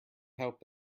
help